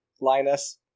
Linus